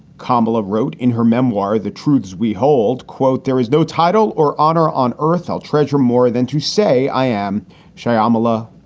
comilla wrote in her memoir, the truths we hold, quote, there is no title or honor on earth. i'll treasure more than to say i am shamila.